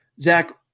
Zach